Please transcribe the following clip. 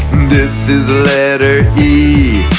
this is the letter e